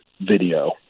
video